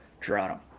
Toronto